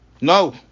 No